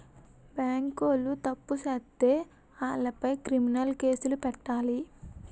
బేంకోలు తప్పు సేత్తే ఆలపై క్రిమినలు కేసులు పెట్టాలి